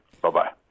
Bye-bye